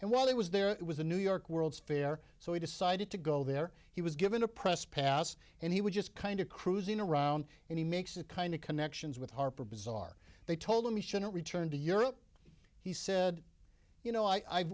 and while he was there it was a new york world's fair so he decided to go there he was given a press pass and he was just kind of cruising around and he makes a kind of connections with harper bazaar they told him he shouldn't return to europe he said you know i